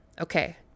okay